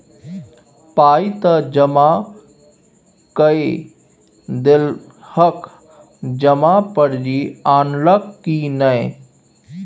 पाय त जमा कए देलहक जमा पर्ची अनलहक की नै